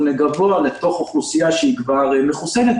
גבוה לתוך אוכלוסייה שהיא כבר מחוסנת,